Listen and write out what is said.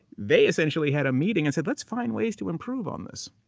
they essentially had a meeting and said, let's find ways to improve on this.